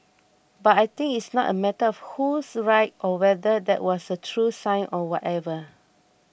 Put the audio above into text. but I think it's not a matter of who's right or whether that was a true sign or whatever